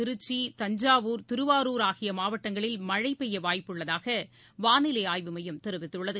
திருச்சி தஞ்சாவூர் திருவாரூர் ஆகியமாவட்டங்களில் மழைபெய்யவாய்ப்புள்ளதாகவாளிலைஆய்வு மையம் தெரிவித்துள்ளது